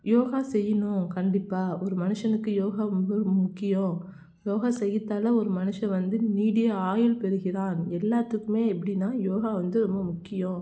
யோகா செய்யணும் கண்டிப்பாக ஒரு மனுஷனுக்கு யோகா ரொம்ப முக்கியம் யோகா செய்யிறதால ஒரு மனுஷன் வந்து நீடிய ஆயுள் பெறுகிறான் எல்லாத்துக்குமே எப்படின்னா யோகா வந்து ரொம்ப முக்கியம்